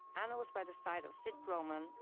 anna was by the side of sid grauman,